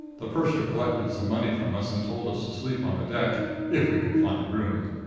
the purser collected some money from us and told us to sleep on the deck if we could find room.